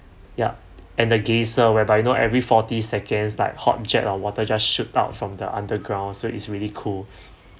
ya and the geyser whereby you know every forty seconds like hot jet of water just shoot out from the underground so it's really cool